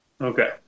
Okay